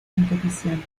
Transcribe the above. competición